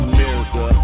America